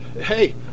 hey